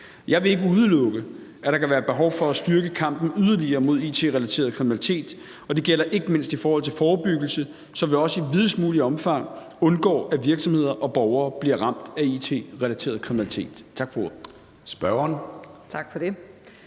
Jeg vil ikke udelukke, at der kan være behov for at styrke kampen mod it-relateret kriminalitet yderligere, og det gælder ikke mindst i forhold til forebyggelse, så vi også i videst muligt omfang undgår, at virksomheder og borgere bliver ramt af it-relateret kriminalitet.